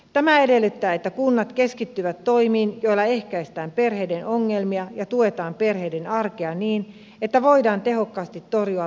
tämä edellyttää että kunnat keskittyvät toimiin joilla ehkäistään perheiden ongelmia ja tuetaan perheiden arkea niin että voidaan tehokkaasti torjua väkivallantekoja